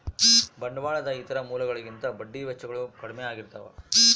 ಬಂಡವಾಳದ ಇತರ ಮೂಲಗಳಿಗಿಂತ ಬಡ್ಡಿ ವೆಚ್ಚಗಳು ಕಡ್ಮೆ ಆಗಿರ್ತವ